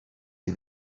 see